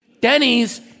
Denny's